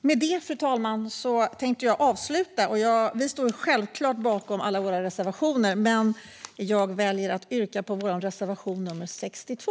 Med detta, fru talman, tänkte jag avsluta. Vi står självklart bakom alla våra reservationer, men jag väljer att yrka bifall endast till vår reservation 62.